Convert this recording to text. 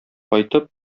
кайтып